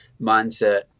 mindset